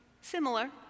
similar